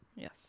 yes